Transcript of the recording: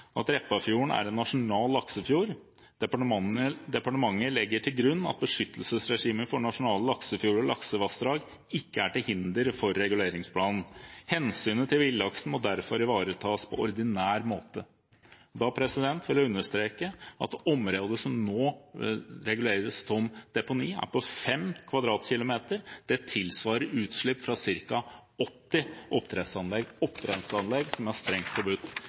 at Repparfjorden er en nasjonal laksefjord. Departementet legger til grunn at beskyttelsesregimet for nasjonale laksefjorder og laksevassdrag ikke er til hinder for reguleringsplanen. Hensynet til villaksen må derfor ivaretas på ordinær måte. Da vil jeg understreke at området som nå reguleres som deponi, er på 5 km2. Det tilsvarer utslipp fra ca. 80 oppdrettsanlegg – oppdrettsanlegg som er strengt forbudt